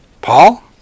Paul